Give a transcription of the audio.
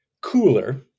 cooler